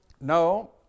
no